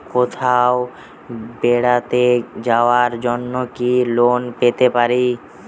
কোথাও বেড়াতে যাওয়ার জন্য কি লোন পেতে পারি?